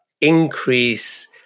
increase